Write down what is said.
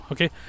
Okay